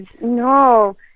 No